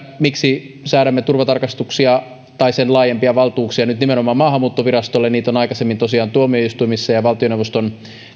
miksi säädämme turvatarkastuksia tai sen laajempia valtuuksia nyt nimenomaan maahanmuuttovirastolle niitä on aikaisemmin tosiaan ollut käytössä tuomioistuimissa ja valtioneuvoston